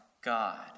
God